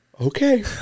okay